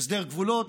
בהסדר גבולות,